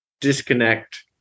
disconnect